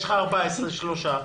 יש לך 14 בתי חולים.